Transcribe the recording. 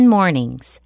Mornings